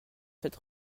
sept